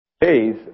Days